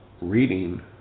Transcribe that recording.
Reading